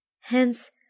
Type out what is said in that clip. Hence